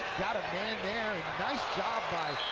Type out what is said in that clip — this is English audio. got a man there. nice job by